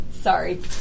sorry